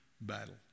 battle